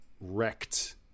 wrecked